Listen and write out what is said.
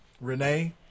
Renee